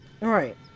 Right